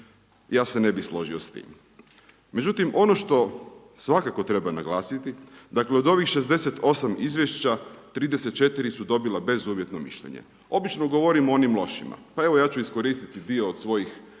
Ja se ne bi složio s tim. Međutim, ono što svakako treba naglasiti dakle od ovih 68 izvješća 34 su dobila bezuvjetno mišljenje. Obično govorimo o onim lošima. Pa evo ja ću iskoristit dio svojih